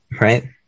right